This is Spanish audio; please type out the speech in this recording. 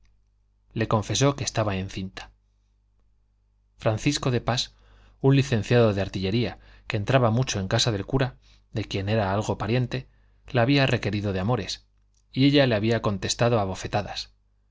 le confesó que estaba encinta francisco de pas un licenciado de artillería que entraba mucho en casa del cura de quien era algo pariente la había requerido de amores y ella le había contestado a